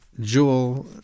Jewel